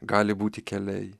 gali būti keliai